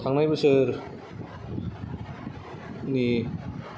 थांनाय बोसोरनि